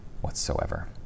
whatsoever